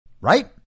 right